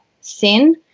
sin